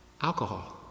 Alcohol